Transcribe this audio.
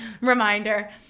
Reminder